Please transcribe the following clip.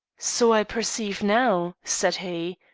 so i perceive now, said he,